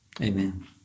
Amen